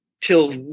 till